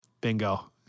Bingo